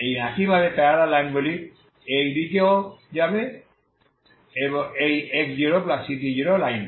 এবং একইভাবে প্যারালাল লাইনগুলি এই দিকেও যাবে এই x0ct0লাইন